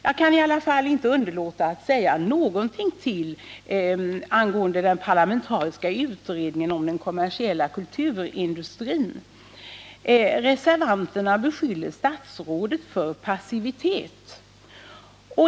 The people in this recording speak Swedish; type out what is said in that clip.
Jag kan inte underlåta att säga i varje fall några ord om reservationen 3 som gäller en parlamentarisk utredning i fråga om den kommersiella kulturindustrin. Reservanterna beskyller statsrådet för passivitet.